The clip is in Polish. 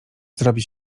zrobi